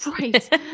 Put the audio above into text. Right